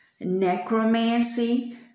necromancy